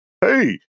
Hey